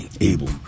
Able